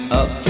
up